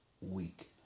Week